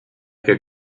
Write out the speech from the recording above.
que